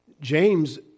James